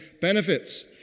benefits